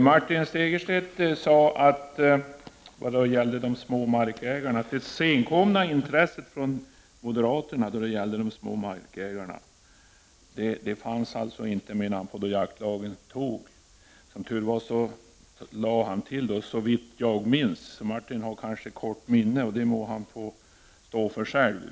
Herr talman! Martin Segerstedt talade om moderaternas senkomna intresse när det gäller de små markägarna. Martin Segerstedt menade att detta intresse inte fanns när jaktlagen antogs. Som tur var tillade han ”såvitt jag minns”. Martin Segerstedt har kanske ett kort minne, och det får han i så fall stå för själv.